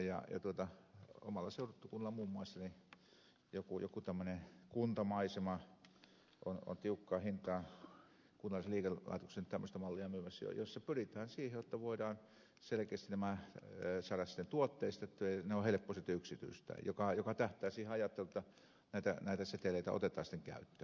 omalla seutukunnallani muun muassa joku tämmöinen kuntamaisema on tiukkaan hintaan kunnalliselle liikelaitokselle tämmöistä mallia myymässä jo jossa pyritään siihen jotta voidaan selkeästi nämä saada sitten tuotteistettua ja ne on helppo sitten yksityistää mikä tähtää siihen ajatteluun jotta näitä seteleitä otetaan sitten käyttöön